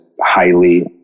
highly